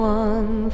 one